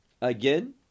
again